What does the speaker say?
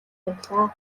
байлаа